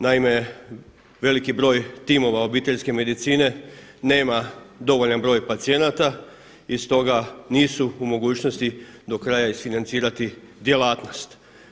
Naime, veliki broj timova obiteljske medicine nema dovoljan broj pacijenata i stoga nisu u mogućnosti do kraja isfinancirati djelatnost.